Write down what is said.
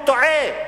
הוא טועה.